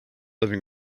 living